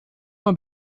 mehr